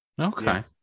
Okay